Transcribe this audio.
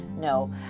No